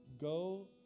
Go